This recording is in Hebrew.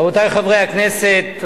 רבותי חברי הכנסת,